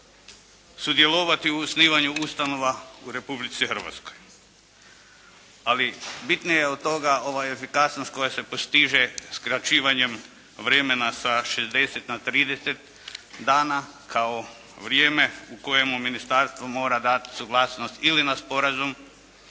sudjelovati u osnivanju ustanova u Republici Hrvatskoj. Ali bitnije je od toga ova efikasnost koja se postiže skraćivanjem vremena sa 60 na 30 dana kao vrijeme u kojemu ministarstvo mora dati suglasnost ili na sporazum